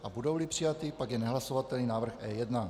A budouli přijaty, pak je nehlasovatelný návrh E1.